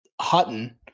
Hutton